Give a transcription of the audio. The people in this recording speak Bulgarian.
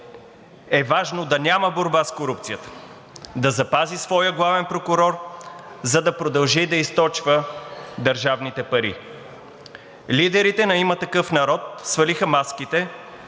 е важно да няма борба с корупцията, да запази своя главен прокурор, за да продължи да източва държавните пари. Лидерите на „Има такъв народ“ свалиха маските,